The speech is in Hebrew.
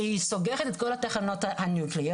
שהיא סוגרת את כל תחנות הגרעין.